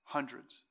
Hundreds